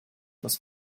was